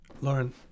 Lauren